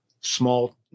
small